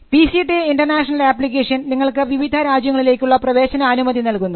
P C T international application നിങ്ങൾക്ക് വിവിധ രാജ്യങ്ങളിലേക്കുള്ള പ്രവേശനാനുമതി നൽകുന്നു